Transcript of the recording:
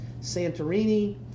Santorini